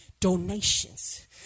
donations